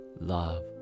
love